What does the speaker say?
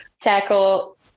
tackle